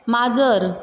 माजर